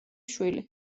შვილი